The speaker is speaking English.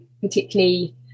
Particularly